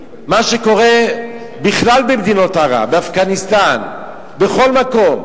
מה שקורה בכלל במדינות ערב, באפגניסטן, בכל מקום,